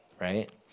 right